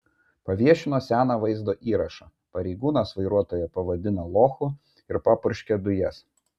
paviešino seną vaizdo įrašą pareigūnas vairuotoją pavadina lochu ir papurškia dujas